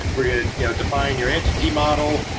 we're going to yeah define your entity model.